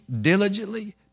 diligently